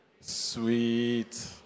sweet